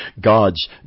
God's